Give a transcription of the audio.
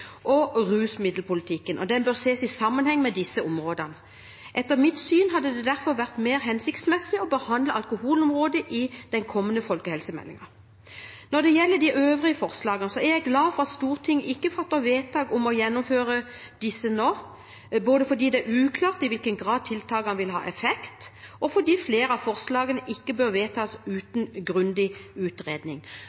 og rusmiddelpolitikken, og at den bør ses i sammenheng med disse områdene. Etter mitt syn hadde det derfor vært mer hensiktsmessig å behandle alkoholområdet i den kommende folkehelsemeldingen. Når det gjelder de øvrige forslagene, er jeg glad for at Stortinget ikke fatter vedtak om å gjennomføre disse nå – både fordi det er uklart i hvilken grad tiltakene vil ha effekt, og fordi flere av forslagene ikke bør vedtas